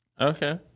Okay